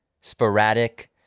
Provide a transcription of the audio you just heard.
sporadic